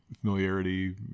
familiarity